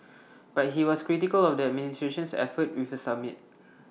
but he was critical of the administration's efforts with A summit